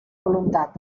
voluntat